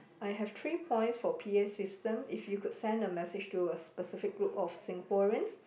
I have three points for P_A system if you could send a message to a specific group of Singaporeans